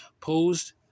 posed